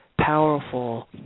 powerful